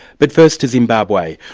but first to zimbabwe,